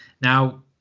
Now